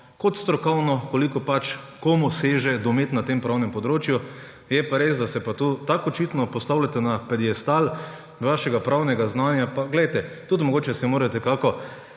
kot strokovno, kolikor pač komu seže domet na pravnem področju. Je pa res, da se pa tu tako očitno postavljate na piedestal svojega pravnega znanja – mogoče si morate tudi